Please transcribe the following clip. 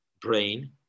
brain